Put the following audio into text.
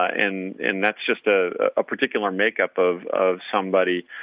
ah and and that's just a ah particular makeup of of somebody